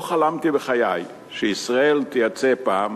לא חלמתי בחיי שישראל תייצא פעם